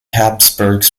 habsburgs